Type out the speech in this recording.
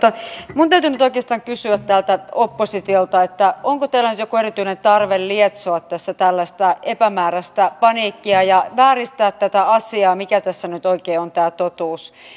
minun täytyy nyt oikeastaan kysyä täältä oppositiolta onko teillä nyt joku erityinen tarve lietsoa tässä tällaista epämääräistä paniikkia ja vääristää tätä asiaa siitä mikä tässä nyt oikein on tämä totuus